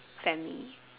family